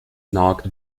knocked